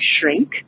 shrink